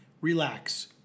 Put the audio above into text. relax